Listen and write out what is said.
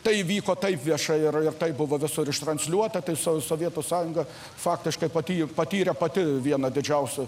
tai įvyko taip viešai ir ir tai buvo visur ištransliuota tai so sovietų sąjunga faktiškai pati patyrė pati vieną didžiausių